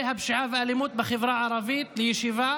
הפשיעה והאלימות בחברה הערבית לישיבה